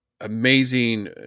amazing